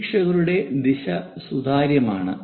നിരീക്ഷകരുടെ ദിശ സുതാര്യമാണ്